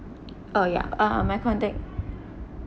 oh ya uh my contact